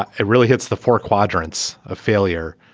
ah it really hits the four quadrants of failure.